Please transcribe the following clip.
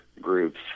groups